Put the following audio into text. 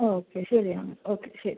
okay ശരിയെന്നാൽ okay ശരി